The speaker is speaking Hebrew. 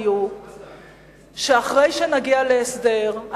היו שאחרי שנגיע להסדר,